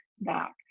back